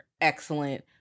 excellent